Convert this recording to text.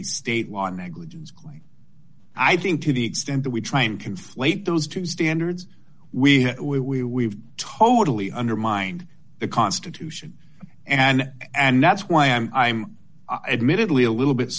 a state law negligence claim i think to the extent that we try and conflate those two standards we we we we've totally undermined the constitution and and that's why i'm i'm admittedly a little bit